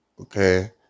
Okay